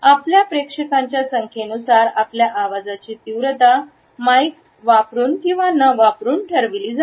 आपल्या प्रेक्षकांच्या संख्येनुसार आपल्या आवाजाची तीव्रता माइक वापरून किंवा न वापरून ठरविली जाते